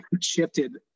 shifted